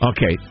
Okay